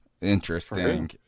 interesting